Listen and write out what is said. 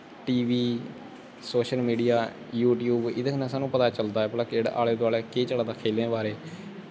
T V social media YouTube एह्दे कन्नै सानूं पता चलदा भला आले दोआलै केह् चला दा खेलनै दे बारे च